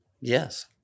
Yes